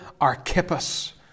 Archippus